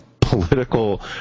political